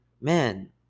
man